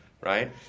right